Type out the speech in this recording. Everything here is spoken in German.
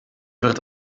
wird